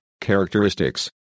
characteristics